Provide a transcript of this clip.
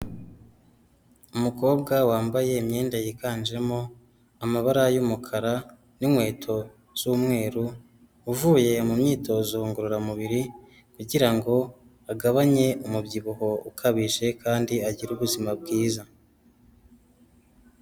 Umukobwa wambaye imyenda yiganjemo amabara y'umukara n'inkweto z'umweru, uvuye mu myitozo ngorora mubiri kugirango agabanye umubyibuho ukabije kandi agire ubuzima bwiza.